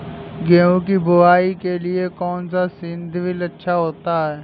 गेहूँ की बुवाई के लिए कौन सा सीद्रिल अच्छा होता है?